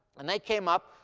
and they came up,